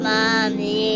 Mommy